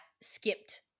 skipped